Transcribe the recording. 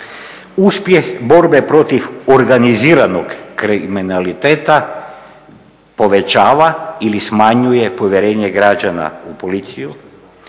Uspjeh borbe protiv organiziranog kriminaliteta povećava ili smanjuje povjerenje građana u policiju,